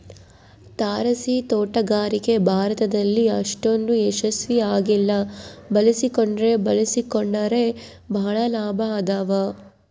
ತಾರಸಿತೋಟಗಾರಿಕೆ ಭಾರತದಲ್ಲಿ ಅಷ್ಟೊಂದು ಯಶಸ್ವಿ ಆಗಿಲ್ಲ ಬಳಸಿಕೊಂಡ್ರೆ ಬಳಸಿಕೊಂಡರೆ ಬಹಳ ಲಾಭ ಅದಾವ